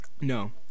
No